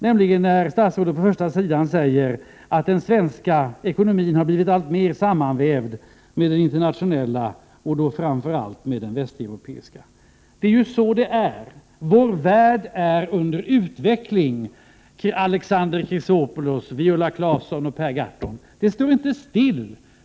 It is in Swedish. Statsrådet säger på första sidan att den svenska ekonomin har blivit alltmer sammanvävd med den internationella och framför allt med den västeuropeiska. Det är ju så det är. Vår värld är under utveckling, Alexander Chrisopoulos, Viola Claesson och Per Gahrton. Utvecklingen står inte still.